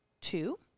Two